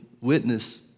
witness